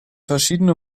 verschiedene